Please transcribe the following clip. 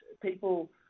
People